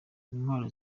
intwari